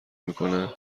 میکنه